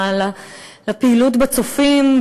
לפעילות ב"צופים",